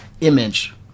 image